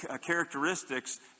characteristics